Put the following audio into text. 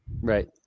Right